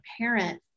parent